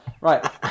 Right